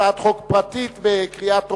הצעת חוק פרטית לקריאה טרומית,